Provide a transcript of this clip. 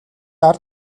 ард